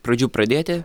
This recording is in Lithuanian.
pradžių pradėti